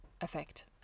effect